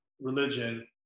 religion